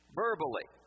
verbally